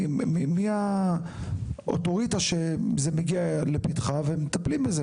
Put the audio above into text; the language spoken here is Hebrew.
מי האוטוריטה שזה מגיע לפתחה ומטפלים בזה?